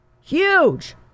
huge